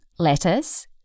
Lettuce